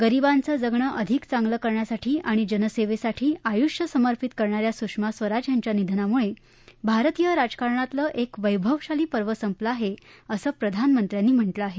गरीबांचं जगणं अधिक चांगलं करण्यासाठी आणि जनसेवेसाठी आयूष्य समर्पित करणाऱ्या सुषमा स्वराज यांच्या निधनामुळे भारतीय राजकारणातलं एक वैभवशाली पर्व संपलं आहे असं प्रधानमंत्र्यांनी म्हटलं आहे